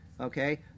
okay